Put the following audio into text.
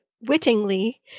wittingly